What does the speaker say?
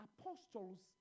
apostles